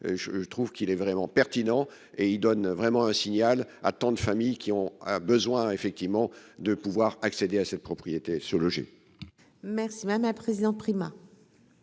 je trouve qu'il est vraiment pertinent et il donne vraiment un signal à tant de familles qui ont un besoin effectivement de pouvoir accéder à cette propriété sur le loger. Merci ma ma président Prima.